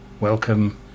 welcome